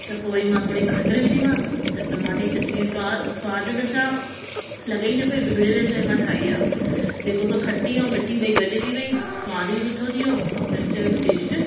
त पो मां वरी थोड़ी खंड्र विधीमास त टमाटे जी चटनी का स्वाद त छा लॻे ई न पई बिगड़ियल शै मां ठाई आ जेको सो खटी अऊं मिटी ॿई गॾु थी वई स्वाद बि सुठो थी वियो अऊं मिर्च यो बि टेस्ट